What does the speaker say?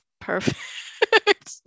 perfect